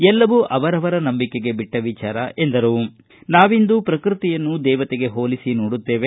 ಎಲ್ಲವೂ ಅವರವರ ನಂಬಿಕೆಗೆ ಬಿಟ್ಟ ವಿಚಾರ ಎಂದ ಅವರು ನಾವಿಂದು ಪ್ರಕೃತಿಯನ್ನು ದೇವತೆಗೆ ಹೋಲಿಸಿ ನೋಡುತ್ತೇವೆ